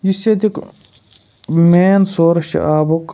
یُس ییٚتیُک مین سورُس چھِ آبُک